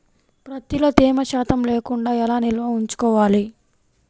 ప్రత్తిలో తేమ శాతం లేకుండా ఎలా నిల్వ ఉంచుకోవాలి?